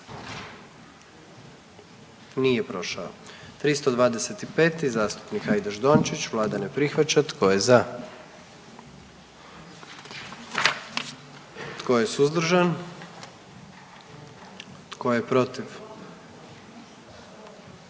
44. Kluba zastupnika SDP-a, vlada ne prihvaća. Tko je za? Tko je suzdržan? Tko je protiv?